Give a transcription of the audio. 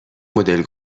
مدل